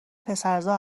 پسرزا